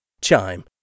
Chime